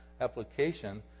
application